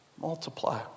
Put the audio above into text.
multiply